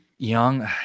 Young